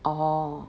orh